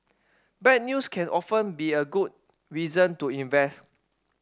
bad news can often be a good reason to invest